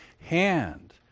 hand